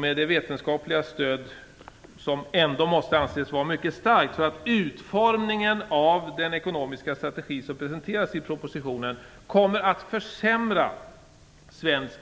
Men det vetenskapliga stödet måste anses mycket starkt, eftersom utformningen av den ekonomiska strategi som presenteras i propositionen kommer att försämra svensk